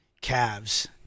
calves